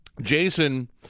jason